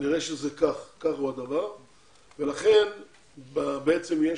נראה שכך הוא הדבר ולכן בעצם יש